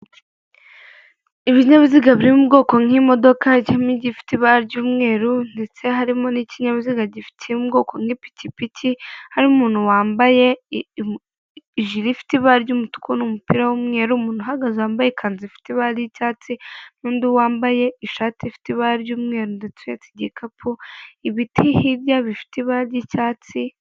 Ibinyabiziga biri mu bwoko nk'imodoka harimo igifite ibara ry'umweru ndetse harimo n'ikinyabiziga kiri mu bwoko nk'ipikipiki harimo umuntu wambaye ijiri ifite ibara ry'umutuku n'umupira w'umweru, umuntu uhagaze wambaye ikanzu ifite ibara ry'icyatsi n'undi wambaye ishati ifite ibara ry'umweru ndetse uhetse igikapu ibiti, hirya bifite ibara ry'icyatsi...